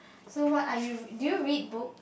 so what are you do you read book